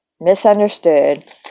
misunderstood